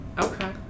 Okay